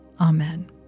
Amen